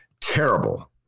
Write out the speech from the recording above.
terrible